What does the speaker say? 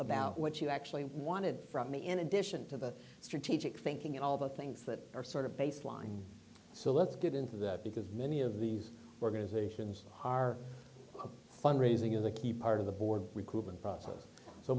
about what you actually wanted from me in addition to the strategic thinking and all the things that are sort of baseline so let's get into that because many of these organizations are fund raising is a key part of the board recruitment process so